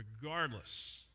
regardless